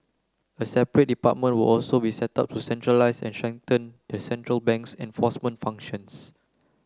a separate department will also be set up to centralise and strengthen the central bank's enforcement functions